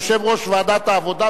אני מברך את היושב-ראש.